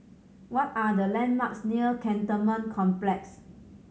what are the landmarks near Cantonment Complex